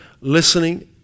listening